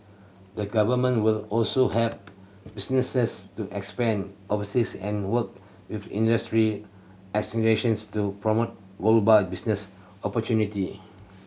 the Government will also help businesses to expand overseas and work with industry associations to promote global business opportunity